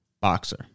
Boxer